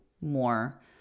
more